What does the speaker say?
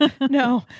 no